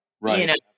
Right